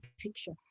picture